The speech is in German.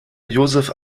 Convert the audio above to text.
joseph